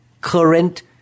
current